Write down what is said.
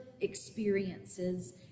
experiences